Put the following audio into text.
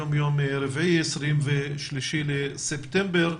היום יום רביעי, 23 בספטמבר,